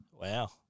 Wow